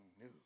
new